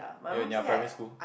when you're in primary school